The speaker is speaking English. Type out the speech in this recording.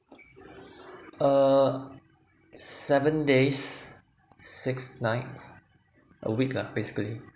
uh seven days six nights a week lah basically